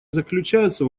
заключается